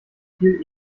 viel